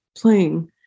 playing